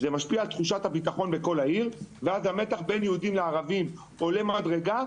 המתח בעיר עולה מדרגה,